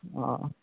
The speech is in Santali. ᱚᱻ